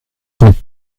mit